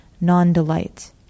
non-delight